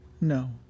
No